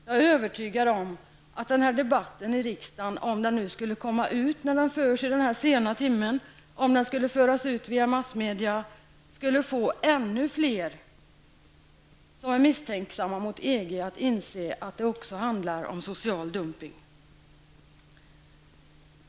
Jag är övertygad om att denna debatt i riksdagen, om den nu skulle föras ut via massmedia, när den förs i denna sena timme, skulle få ännu fler som är misstänksamma mot EG att inse att det handlar om social dumpning.